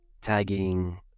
tagging